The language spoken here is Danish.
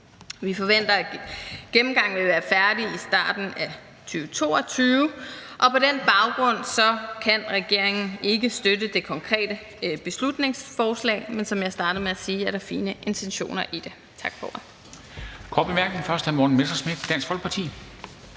Vi forventer, at gennemgangen vil være færdig i starten af 2022. På den baggrund kan regeringen ikke støtte det konkrete beslutningsforslag, men som jeg startede med at sige, er der fine intentioner i det. Tak for